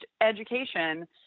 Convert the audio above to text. education